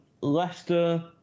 Leicester